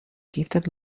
gifted